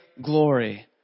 glory